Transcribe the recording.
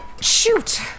Shoot